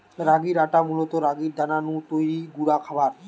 রাগির আটা মূলত রাগির দানা নু তৈরি গুঁড়া খাবার